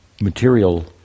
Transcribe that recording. material